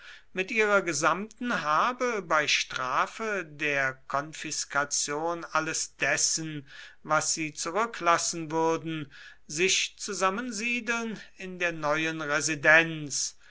mit ihrer gesamten habe bei strafe der konfiskation alles dessen was sie zurücklassen würden sich zusammensiedeln in der neuen residenz